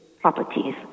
properties